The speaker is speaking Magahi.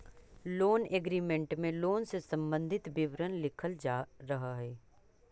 लोन एग्रीमेंट में लोन से संबंधित विवरण लिखल रहऽ हई